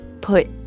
put